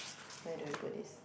where do we put this